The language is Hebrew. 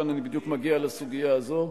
כאן אני בדיוק מגיע לסוגיה הזו.